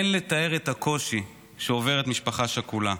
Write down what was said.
אין לתאר את הקושי שעוברת משפחה שכולה.